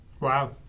Wow